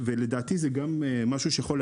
את הביטחון אלא גם את העולמות האחרים.